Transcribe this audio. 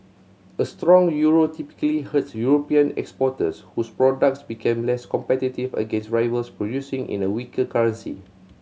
a strong euro typically hurts European exporters whose products become less competitive against rivals producing in a weaker currency